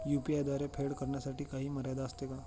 UPI द्वारे फेड करण्यासाठी काही मर्यादा असते का?